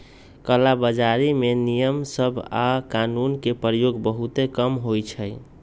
कला बजारी में नियम सभ आऽ कानून के प्रयोग बहुते कम होइ छइ